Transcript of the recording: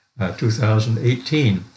2018